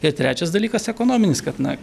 ir trečias dalykas ekonominis kad na